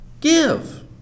Give